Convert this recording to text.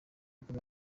kuba